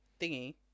Thingy